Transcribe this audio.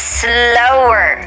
slower